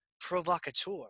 Provocateur